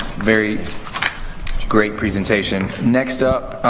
very great presentation. next up,